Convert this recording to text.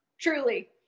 truly